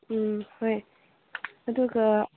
ꯎꯝ ꯍꯣꯏ ꯑꯗꯨꯒ